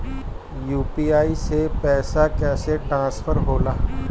UPI से पैसा कैसे ट्रांसफर होला?